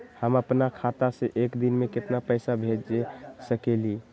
हम अपना खाता से एक दिन में केतना पैसा भेज सकेली?